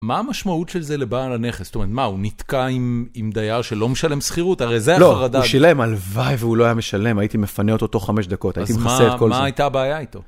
מה המשמעות של זה לבעל הנכס? זאת אומרת, מה, הוא נתקע עם דייר שלא משלם שכירות? הרי זה החרדה. לא, הוא שילם, הלוואי, והוא לא היה משלם, הייתי מפנה אותו תוך 5 דקות, הייתי מכסה את כל זה. אז מה הייתה הבעיה איתו?